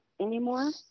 anymore